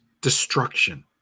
destruction